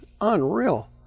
Unreal